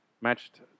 Matched